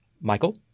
Michael